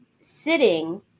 sitting